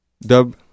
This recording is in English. dub